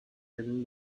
and